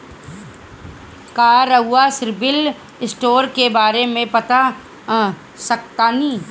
का रउआ CIBIL score के बारे में बता सकतानी?